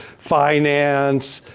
finance,